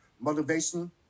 Motivation